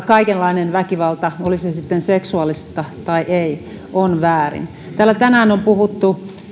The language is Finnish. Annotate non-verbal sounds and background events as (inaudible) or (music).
(unintelligible) kaikenlainen väkivalta oli se sitten seksuaalista tai ei on väärin täällä tänään on puhuttu